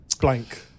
blank